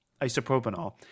isopropanol